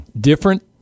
Different